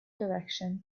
direction